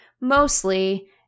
mostly